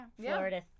Florida